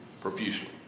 profusely